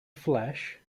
flash